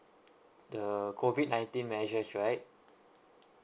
the COVID nineteen measures right